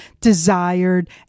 desired